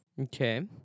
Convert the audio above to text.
Okay